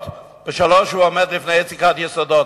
ובשלושה הוא עומד לפני יציקת יסודות,